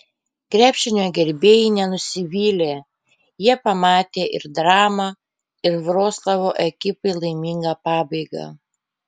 krepšinio gerbėjai nenusivylė jie pamatė ir dramą ir vroclavo ekipai laimingą pabaigą